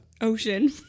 ocean